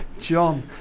John